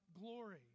glory